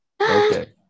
Okay